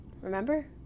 remember